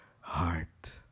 heart